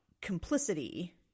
complicity